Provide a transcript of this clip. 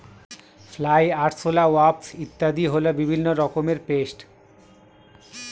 fly, আরশোলা, wasp ইত্যাদি হল বিভিন্ন রকমের পেস্ট